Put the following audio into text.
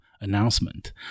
announcement